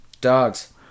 Dogs